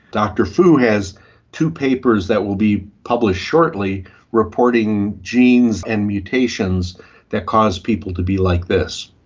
dr fu has two papers that will be published shortly reporting genes and mutations that cause people to be like this.